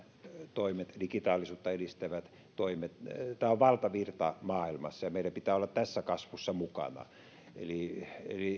toimet digitaalisuutta edistävät toimet ovat valtavirta maailmassa ja meidän pitää olla tässä kasvussa mukana